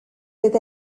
fydd